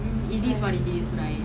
err hopefully like